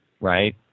right